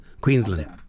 queensland